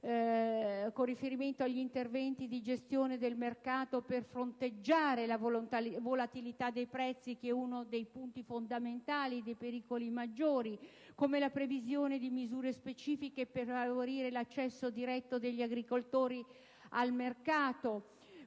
con riferimento agli interventi di gestione del mercato per fronteggiare la volatilità dei prezzi, uno dei punti fondamentali e dei pericoli maggiori), la previsione di misure specifiche per favorire l'accesso diretto degli agricoltori al mercato,